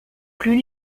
plus